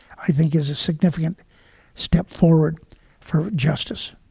i think is a significant step forward for justice